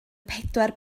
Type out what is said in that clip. pedwar